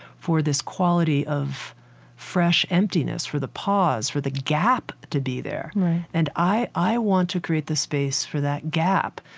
for this quality of fresh emptiness, for the pause, for the gap to be there and i i want to create the space for that gap,